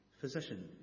physician